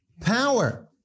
Power